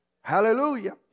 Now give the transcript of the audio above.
Hallelujah